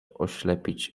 oślepić